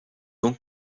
dents